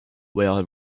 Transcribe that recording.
will